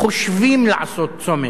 חושבים לעשות צומת,